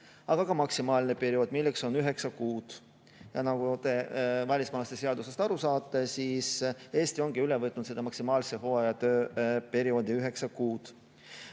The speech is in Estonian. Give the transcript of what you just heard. aga ka maksimaalne periood, milleks on üheksa kuud. Nagu te välismaalaste seadusest aru saate, siis Eesti on üle võtnud maksimaalse hooajatööperioodi, üheksa kuud.